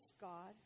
God